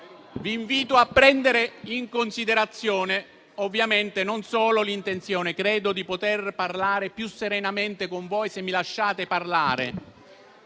Vi invito a prendere in considerazione, ovviamente, non solo l'intenzione. *(Commenti)*. Credo di poter parlare più serenamente con voi se mi lasciate parlare.